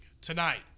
tonight